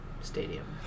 stadium